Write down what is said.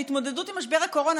של התמודדות עם משבר הקורונה,